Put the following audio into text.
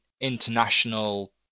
international